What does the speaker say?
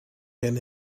can